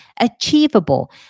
achievable